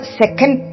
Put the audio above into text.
second